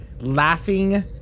laughing